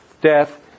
death